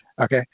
Okay